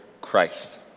Christ